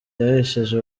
yahesheje